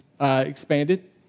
expanded